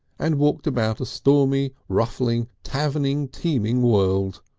and walked about a stormy, ruffling, taverning, teeming world.